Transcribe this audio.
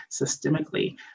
systemically